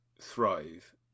thrive